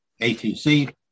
ATC